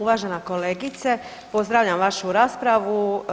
Uvažena kolegice, pozdravljam vašu raspravu.